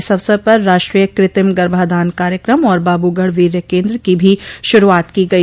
इस अवसर पर राष्ट्रीय कृत्रिम गर्भाधान कार्यक्रम और बाबूगढ़ वीर्य केन्द्र की भी शुरूआत की गई